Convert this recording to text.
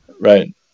Right